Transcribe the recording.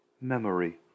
Memory